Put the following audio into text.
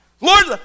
Lord